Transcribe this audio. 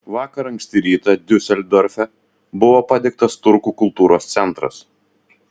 vakar anksti rytą diuseldorfe buvo padegtas turkų kultūros centras